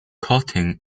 cutting